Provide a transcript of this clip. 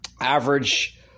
average